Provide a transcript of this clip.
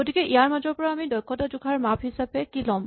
গতিকে ইয়াৰ মাজৰ পৰা আমি দক্ষতা জোখাৰ মাপ হিচাপে কি ল'ম